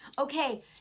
Okay